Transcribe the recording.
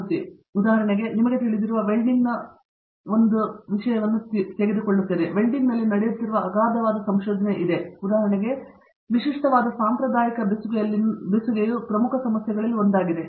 ಮೂರ್ತಿ ಉದಾಹರಣೆಗೆ ನಿಮಗೆ ತಿಳಿದಿರುವ ವೆಲ್ಡಿಂಗ್ನ ಒಂದು ಉದಾಹರಣೆಯನ್ನು ನಾನು ತೆಗೆದುಕೊಳ್ಳುತ್ತಿದ್ದೇನೆ ವೆಲ್ಡಿಂಗ್ನಲ್ಲಿ ನಡೆಯುತ್ತಿರುವ ಅಗಾಧವಾದ ಸಂಶೋಧನೆ ಇದೆ ಉದಾಹರಣೆಗೆ ವಿಶಿಷ್ಟವಾದ ಸಾಂಪ್ರದಾಯಿಕ ಬೆಸುಗೆಯಲ್ಲಿನ ಪ್ರಮುಖ ಸಮಸ್ಯೆಗಳಲ್ಲಿ ಒಂದಾಗಿದೆ